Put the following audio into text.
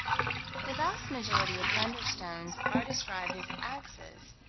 the vast majority of thunderstones are described as axes,